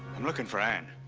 looking for ann.